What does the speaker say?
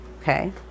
okay